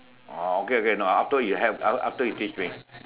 oh okay okay no after you have af~ after you teach me